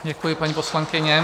Děkuji, paní poslankyně.